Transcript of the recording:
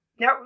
Now